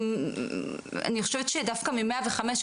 אני חושבת שדווקא את 105,